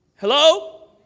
hello